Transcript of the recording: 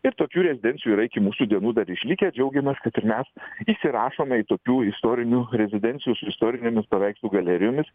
ir tokių rezidencijų yra iki mūsų dienų dar išlikę džiaugiamės kad ir mes įsirašome į tokių istorinių rezidencijų su istorinėmis paveikslų galerijomis